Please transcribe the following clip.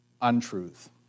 untruth